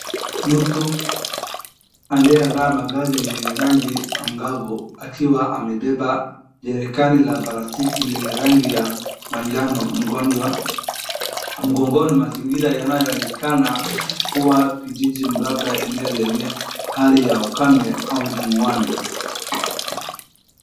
Mtu aliyevaa mavazi yenye rangi angavu akiwa amebeba jerekani la palastiki lenye rangi ya manjano mgonjwa. Mgongoni mazingira yanayoonekana kuwa kijiji labda eneo lenye hali ya ukame au jangwani.